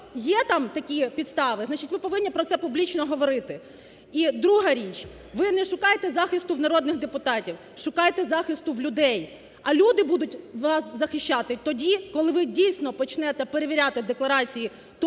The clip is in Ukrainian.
є там такі підстави, значить, ви повинні про це публічно говорити. І друга річ. Ви не шукайте захисту в народних депутатів, шукайте захисту в людей. А люди будуть вас захищати тоді, коли ви, дійсно, почнете перевіряти декларації